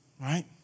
Right